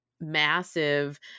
massive